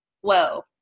whoa